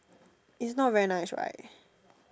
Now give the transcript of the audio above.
it's not very nice right